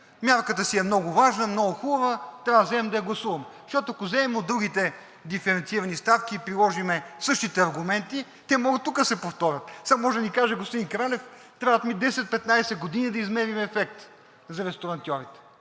мярката си е много важна, много хубава, трябва да вземем да я гласуваме. Защото, ако вземем от другите диференцирани ставки и приложим същите аргументи, те могат тук да се повторят. Сега може да ни каже господин Кралев: трябват ми 10 – 15 години да измерим ефекта за ресторантьорите.